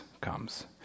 comes